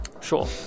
Sure